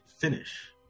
finish